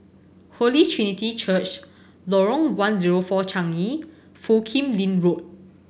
Holy Trinity Church Lorong One Zero Four Changi and Foo Kim Lin Road